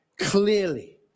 clearly